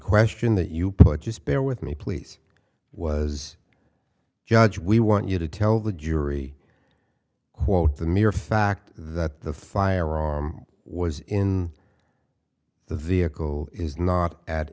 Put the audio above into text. question that you put just bear with me please was judge we want you to tell the jury whoa the mere fact that the firearm was in the vehicle is not at